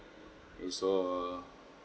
is err